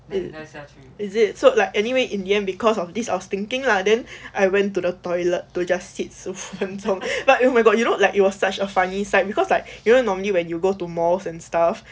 is it so like anyway in the end because of this I was thinking lah then I went to the toilet to just sit 十五分钟 but oh my god you know like it was such a funny sight because like you will normally when you go to malls and stuff